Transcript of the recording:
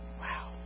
Wow